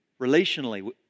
relationally